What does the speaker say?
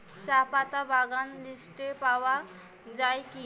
চাপাতা বাগান লিস্টে পাওয়া যায় কি?